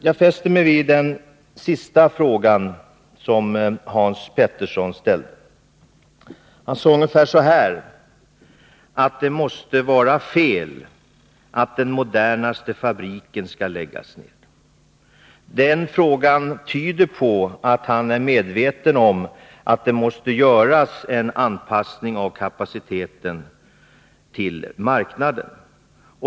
Jag fäste mig vid den sista av de frågor som Hans Petersson tog upp, där han menade att det måste vara fel att den modernaste fabriken skall läggas ned. Den formuleringen tyder på att han är medveten om att det måste göras en anpassning av kapaciteten till marknaden.